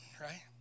right